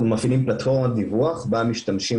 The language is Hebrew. אנחנו מפעילים פלטפורמת דיווח בה משתמשים